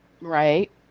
Right